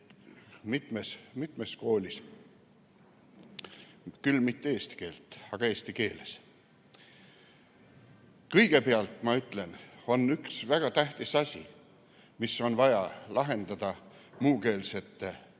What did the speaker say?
koolis, küll mitte eesti keelt, aga eesti keeles. Kõigepealt, ma ütlen, on üks väga tähtis asi, mis on vaja lahendada muukeelsete